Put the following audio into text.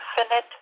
infinite